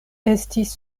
estis